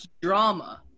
drama